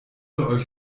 euch